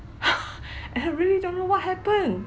I really don't know what happen